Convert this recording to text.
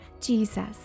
Jesus